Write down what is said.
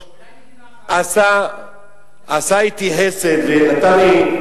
אז למה אתה מבקש פיצויים?